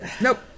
Nope